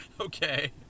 Okay